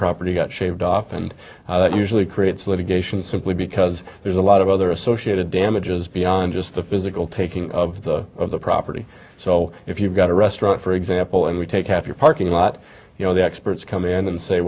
property got shaved off and usually creates litigation simply because there's a lot of other associated damages beyond just the physical taking of the of the property so if you've got a restaurant for example and we take half your parking lot you know the experts come in and say